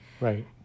Right